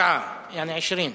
כי הונחו היום על שולחן